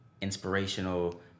inspirational